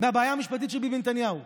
מהבעיה המשפטית של ביבי נתניהו.